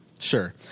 Sure